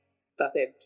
started